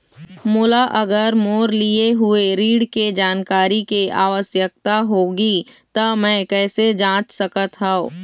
मोला अगर मोर लिए हुए ऋण के जानकारी के आवश्यकता होगी त मैं कैसे जांच सकत हव?